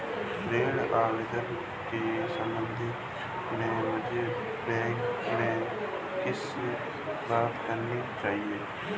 ऋण आवेदन के संबंध में मुझे बैंक में किससे बात करनी चाहिए?